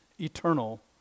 eternal